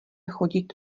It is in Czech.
chodit